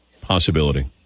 possibility